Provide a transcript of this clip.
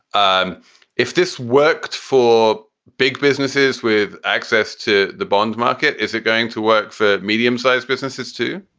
um if this worked for big businesses with access to the bond market, is it going to work for medium sized businesses to